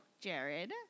Jared